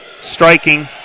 striking